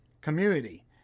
community